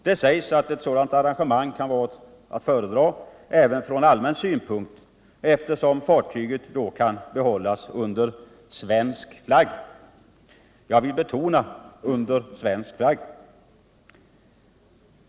Det sägs att ett sådant arrangemang kan vara att föredra även från allmän synpunkt, eftersom fartyget då kan behållas under svensk flagg. Jag vill betona orden ”under svensk flagg”.